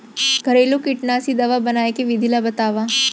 घरेलू कीटनाशी दवा बनाए के विधि ला बतावव?